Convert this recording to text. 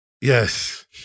Yes